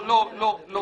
לא, לא, לא.